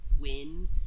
Win